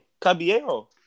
Caballero